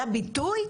זה הביטוי?